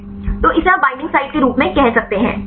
तो इसे आप बईंडिंग साइट के रूप में कह सकते हैं